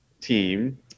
team